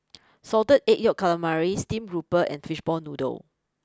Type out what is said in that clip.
Salted Egg Yolk Calamari Steamed grouper and Fishball Noodle